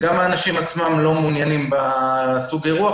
וגם האנשים עצמם לא מעוניינים בסוג האירוח